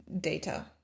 data